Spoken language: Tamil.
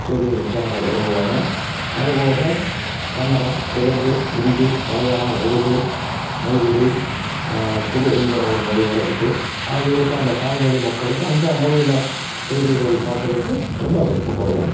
செய்திகள் சேனலை விரும்புவாங்க அதுபோக கன்னடம் தெலுங்கு இந்தி மலையாளம் உருது மைதிலி துளுங்கிற ஒரு மொழி கூட இருக்கு அவகளுக்கு அந்த தாய்மொழி மக்களுக்கு அந்த மொழியில் செய்திகள் பார்க்கறதுக்கு ரொம்ப விருப்பப்படுவாங்க